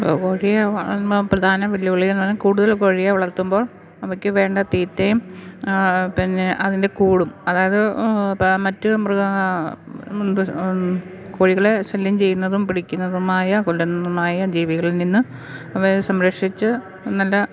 കോഴിയെ വ പ്രധാന വെല്ലുവിളിയെന്നു പറഞ്ഞാല് കൂടുതൽ കോഴിയെ വളർത്തുമ്പോള് അവയ്ക്കുവേണ്ട തീറ്റയും പിന്നെ അതിൻറ്റെ കൂടും അതായത് പ്പ മറ്റു മൃഗങ്ങ കോഴികളെ ശല്യം ചെയ്യുന്നതും പിടിക്കുന്നതുമായ കൊല്ലുന്നതുമായ ജീവികളിൽ നിന്ന് അവയെ സംരക്ഷിച്ച് നല്ല